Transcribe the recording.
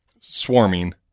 swarming